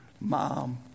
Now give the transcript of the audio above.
mom